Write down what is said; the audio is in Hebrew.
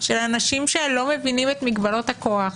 של אנשים שלא מבינים את מגבלות הכוח,